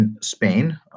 Spain